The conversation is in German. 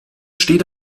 steht